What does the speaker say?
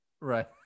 right